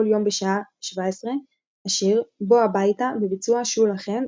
יום בשעה 1700 השיר "בוא הביתה" בביצוע שולה חן,